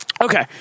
Okay